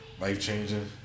Life-changing